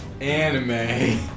anime